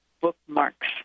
bookmarks